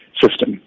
system